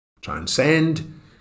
transcend